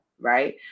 right